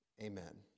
Amen